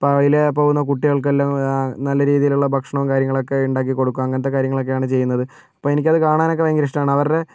പ്പോ അതിലെ പോകുന്ന കുട്ടികൾക്കെല്ലാം നല്ല രീതിയിൽ ഉള്ള ഭക്ഷണങ്ങളും കാര്യങ്ങളൊക്കെ ഉണ്ടാക്കി കൊടുക്കും അങ്ങനത്തെ കാര്യങ്ങളൊക്കെയാണ് ചെയ്യുന്നത് ഇപ്പോൾ എനിക്ക് അത് കാണാനൊക്കെ എനിക്ക് ഭയങ്കര ഇഷ്ടമാണ് അവരുടെ